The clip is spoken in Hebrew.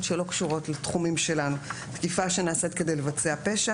שלא קשורות לתחומים שלנו: תקיפה שנעשית כדי לבצע פשע,